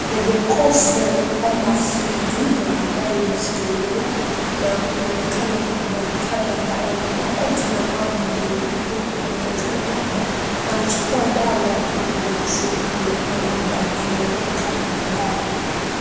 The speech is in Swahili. Kwa jokofu ama friji na ambayo imefunguliwa na kuonaonekana daktari ambaye amevaa koti na ambayo ni nyeupe anaonekana labda anachukua dawa kwenye jokofu lile ama labda anaweka dawa.